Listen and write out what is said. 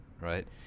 Right